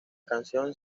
canción